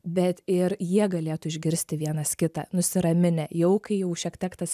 bet ir jie galėtų išgirsti vienas kitą nusiraminę jau kai jau šiek tiek tas